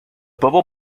bubble